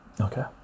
okay